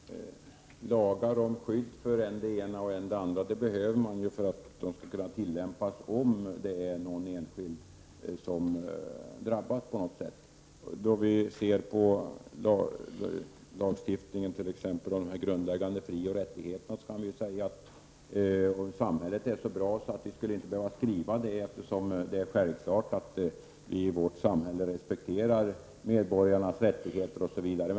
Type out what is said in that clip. Herr talman! Lagar om skydd för än det ena och än det andra behövs för att de skall kunna tillämpas om en enskild drabbas på något sätt. Om vi ser på t.ex. lagstiftningen om de grundläggande frioch rättigheterna skulle vi ju kunna säga att samhället är så bra att det inte behöver skrivas någon lag, eftersom det är självklart att vi i vårt samhälle respekterar medborgarnas rättigheter osv.